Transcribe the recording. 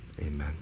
amen